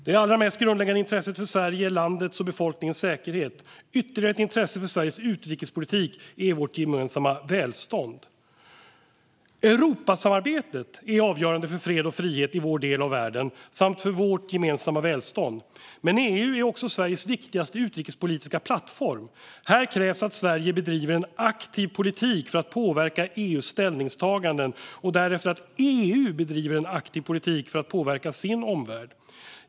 Det allra mest grundläggande intresset för Sverige är landets och befolkningens säkerhet. Ytterligare ett intresse för Sveriges utrikespolitik är vårt gemensamma välstånd. Europasamarbetet är avgörande för fred och frihet i vår del av världen samt för vårt gemensamma välstånd. Men EU är också Sveriges viktigaste utrikespolitiska plattform. Här krävs att Sverige bedriver en aktiv politik för att påverka EU:s ställningstaganden och därefter att EU bedriver en aktiv politik för att påverka sin omvärld.